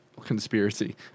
conspiracy